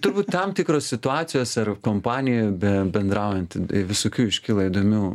turbūt tam tikros situacijos ar kompanijoj bebendraujant visokių iškyla įdomių